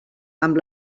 amb